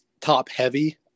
top-heavy